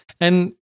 And-